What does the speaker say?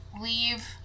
leave